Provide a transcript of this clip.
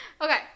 Okay